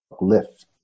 lift